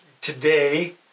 today